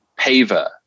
paver